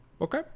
Okay